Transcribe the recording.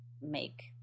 make